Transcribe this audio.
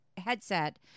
headset